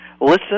listen